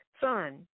son